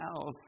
else